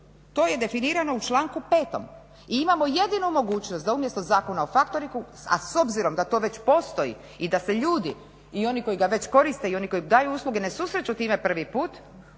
To je definirano u članku 5. i imamo jedinu mogućnost da umjesto Zakona o factoringu, a s obzirom da to već postoji i da se ljudi i oni koji ga već koriste i oni koji daju usluge, ne susreću s time prvi put,